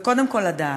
וקודם כול לדעת.